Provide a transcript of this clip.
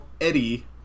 Eddie